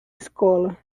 escola